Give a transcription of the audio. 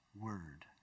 word